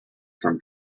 from